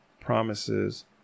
promises